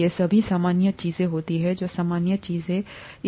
ये सभी सामान्य चीजें होती हैं जो सामान्य चीजें होती हैं